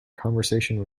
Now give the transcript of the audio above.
conversation